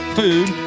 food